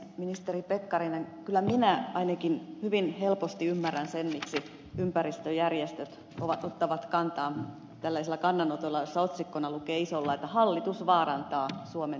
ministeri pekkarinen kyllä minä ainakin hyvin helposti ymmärrän sen miksi ympäristöjärjestöt ottavat kantaa tällaisilla kannanotoilla joissa otsikkona lukee isolla että hallitus vaarantaa suomen ympäristön